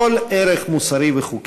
כל ערך מוסרי וחוקי.